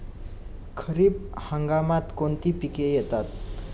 खरीप हंगामात कोणती पिके येतात?